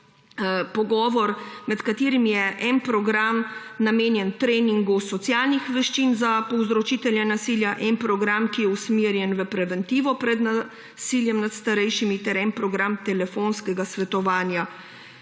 pogovor, med katerimi je en program namenjen treningu socialnih veščin za povzročitelje nasilja, en program je usmerjen v preventivo pred nasiljem nad starejšimi ter en program telefonskega svetovanja.